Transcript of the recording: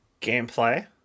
gameplay